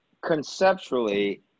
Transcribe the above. Conceptually